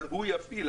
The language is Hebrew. אבל הוא יפעיל,